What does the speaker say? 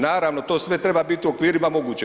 Naravno to sve treba biti u okvirima mogućeg.